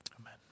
Amen